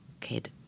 kid